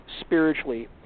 spiritually